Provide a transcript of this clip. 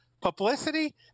Publicity